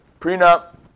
prenup